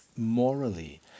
morally